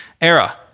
era